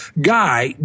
guy